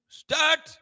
start